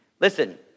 Listen